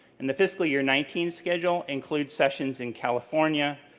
in the fiscal year nineteen schedule, includes sessions in california,